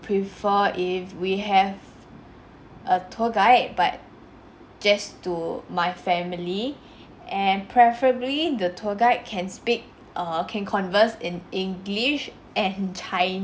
prefer if we have a tour guide but just to my family and preferably the tour guide can speak err can converse in english and chi~